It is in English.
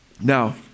Now